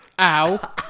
Ow